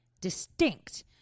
distinct